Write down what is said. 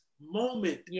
moment